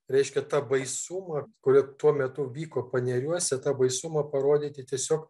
reiškia tą baisumą kurio tuo metu vyko paneriuose tą baisumą parodyti tiesiog